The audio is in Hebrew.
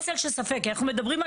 אנחנו צפויים לבולענים,